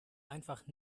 einfach